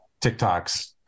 TikToks